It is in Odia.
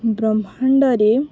ବ୍ରହ୍ମାଣ୍ଡରେ